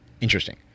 Interesting